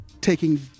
taking